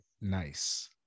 nice